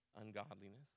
ungodliness